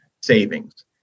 savings